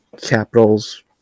capitals